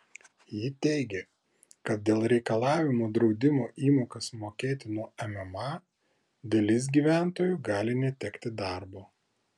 ji teigė kad dėl reikalavimo draudimo įmokas mokėti nuo mma dalis gyventojų gali netekti darbo